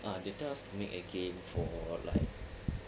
uh they tell us to make a game for like